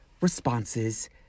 responses